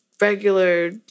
regular